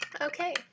Okay